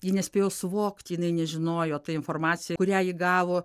ji nespėjo suvokti jinai nežinojo ta informacija kurią ji gavo